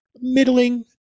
middling